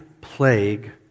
plague